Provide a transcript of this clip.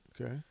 Okay